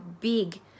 big